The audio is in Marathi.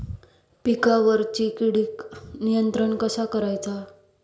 पिकावरची किडीक नियंत्रण कसा करायचा?